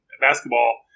basketball